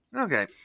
Okay